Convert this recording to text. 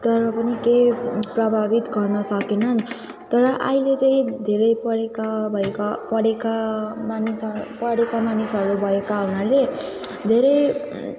तर पनि केही प्रभावित गर्न सकेनन् तर अहिले चाहिँ एक धेरै पढेका भएका पढेका मानिसहरू पढेका मानिसहरू भएका हुनाले धेरै